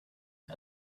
and